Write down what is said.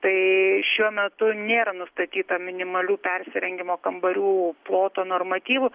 tai šiuo metu nėra nustatyta minimalių persirengimo kambarių ploto normatyvų